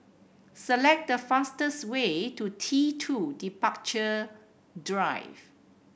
select the fastest way to T Two Departure Drive